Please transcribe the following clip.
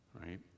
right